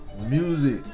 music